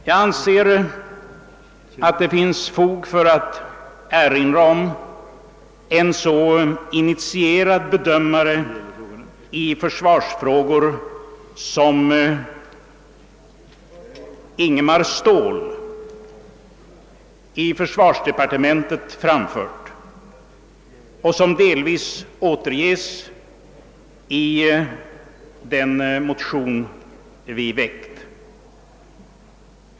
Jag anser att det finns fog för att erinra om dem som en så initierad bedömare av försvarsfrågor som Ingemar Ståhl i försvarsdepartementet framfört och som delvis återges i motionen II: 656.